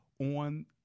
on